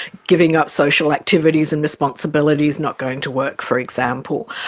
giving up social activities and responsibilities, not going to work for example.